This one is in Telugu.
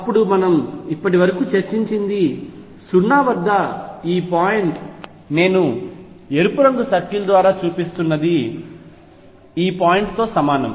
అప్పుడు మనం ఇప్పటి వరకు చర్చించినది 0 వద్ద ఈ పాయింట్ నేను ఎరుపు రంగు సర్కిల్ ద్వారా చూపిస్తున్నది ఈ పాయింట్తో సమానం